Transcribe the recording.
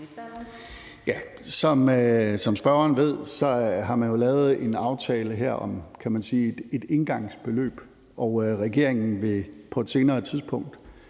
Som spørgeren ved, har man jo lavet en aftale her om et engangsbeløb, og regeringen vil på et senere tidspunkt